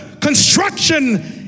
construction